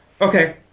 Okay